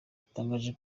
yatangaje